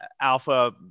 alpha